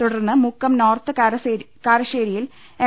തുടർന്ന് മുക്കം നോർത്ത് കാരശ്ശേരിയിൽ എം